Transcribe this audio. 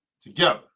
together